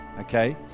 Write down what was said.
okay